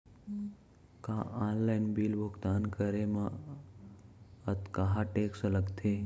का online bill भुगतान करे मा अक्तहा टेक्स लगथे?